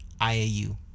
IAU